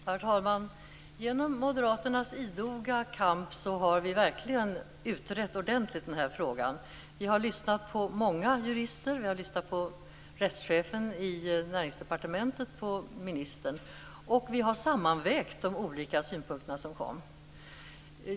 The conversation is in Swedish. Herr talman! Genom moderaternas idoga kamp har vi verkligen ordentligt utrett frågan. Vi har lyssnat på många jurister. Vi har också lyssnat på rättschefen i Näringsdepartementet och på ministern. Vi har sedan sammanvägt de olika synpunkterna.